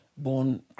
born